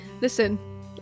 Listen